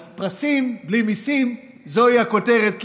אז פרסים בלי מיסים, זוהי הכותרת להערב.